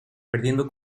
perdiendo